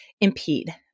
impede